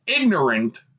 ignorant